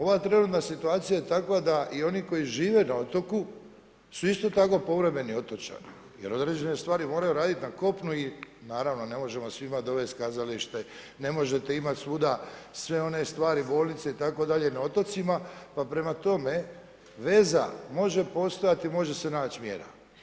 Ova trenutna situacija je takva da i oni koji žive na otoku su isto tako povremeni otočani jer određene stvari moraju raditi na kopnu i naravno ne možemo dovesti kazalište, ne možete imati svuda sve one stvari, bolnice itd. na otocima pa prema tome, veza može postojati, može se naći mjera.